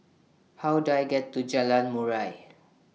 How Do I get to Jalan Murai